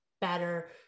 better